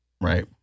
right